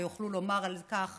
ויוכלו לומר על כך